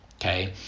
Okay